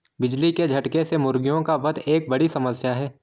बिजली के झटके से मुर्गियों का वध एक बड़ी समस्या है